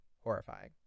Horrifying